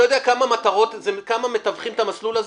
אתה יודע כמה מטווחים את המסלול הזה?